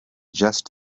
just